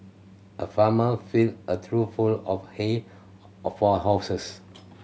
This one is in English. a farmer filled a trough full of hay for a horses